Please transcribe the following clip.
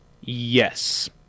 Yes